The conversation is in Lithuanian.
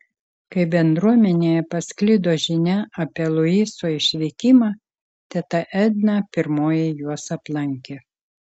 kai bendruomenėje pasklido žinia apie luiso išvykimą teta edna pirmoji juos aplankė